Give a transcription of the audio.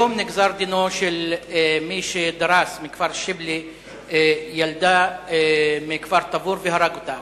היום נגזר דינו של זה מכפר-שיבלי שדרס ילדה מכפר-תבור והרג אותה.